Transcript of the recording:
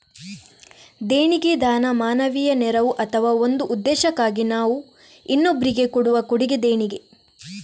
ದೇಣಿಗೆ ದಾನ, ಮಾನವೀಯ ನೆರವು ಅಥವಾ ಒಂದು ಉದ್ದೇಶಕ್ಕಾಗಿ ನಾವು ಇನ್ನೊಬ್ರಿಗೆ ಕೊಡುವ ಕೊಡುಗೆ ದೇಣಿಗೆ